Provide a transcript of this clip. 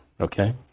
okay